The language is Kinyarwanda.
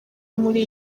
muri